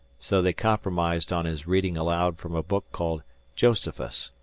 so they compromised on his reading aloud from a book called josephus.